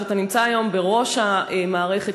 שנמצא היום בראש המערכת,